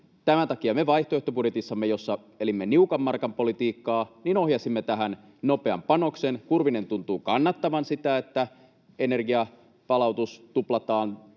Tämän takia me vaihtoehtobudjetissamme, jossa elimme niukan markan politiikkaa, ohjasimme tähän nopean panoksen. Kurvinen tuntuu kannattavan sitä, että energiapalautus tuplataan